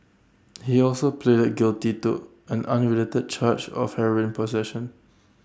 he also pleaded guilty to an unrelated charge of heroin possession